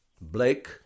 blake